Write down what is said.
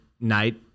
night